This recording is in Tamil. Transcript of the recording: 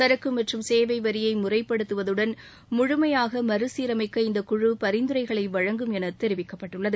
சரக்கு மற்றும் சேவை வரியை முறைப்படுத்துவதுடன் முழுமையாக மறுசீரமைக்க இந்த குழு பரிந்துரைகளை வழங்கும் என தெரிவிக்கப்பட்டுள்ளது